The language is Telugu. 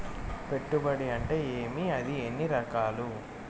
పెట్టుబడి అంటే ఏమి అది ఎన్ని రకాలు